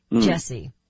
Jesse